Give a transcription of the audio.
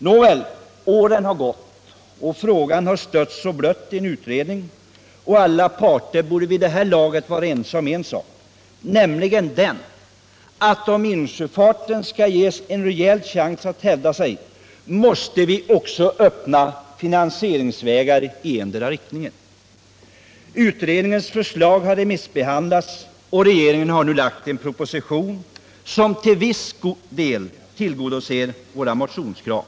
Nåväl, åren har gått och frågan har stötts och blötts i en utredning, och alla parter borde vid det här laget vara ense om en sak, nämligen — Nr 53 den att om insjöfarten skall ges en rejäl chans att hävda sig, måste vi Torsdagen den också öppna finansieringsvägar i endera riktningen. Utredningens förslag 15 december 1977 har remissbehandlats, och regeringen har nu lagt fram en proposition — som till viss del tillgodoser våra motionskrav.